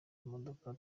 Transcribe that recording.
imodoka